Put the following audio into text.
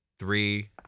three